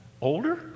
Older